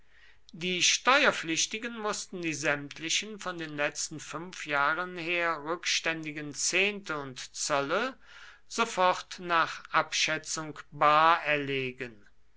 die steuerpflichtigen mußten die sämtlichen von den letzten fünf jahren her rückständigen zehnten und zölle sofort nach abschätzung bar erlegen